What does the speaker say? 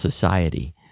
society